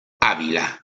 ávila